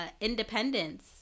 independence